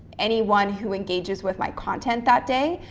anyone who engages with my content that day,